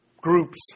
groups